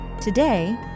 Today